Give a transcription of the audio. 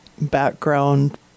background